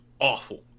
awful